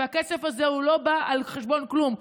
והכסף הזה לא בא על חשבון כלום,